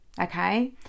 okay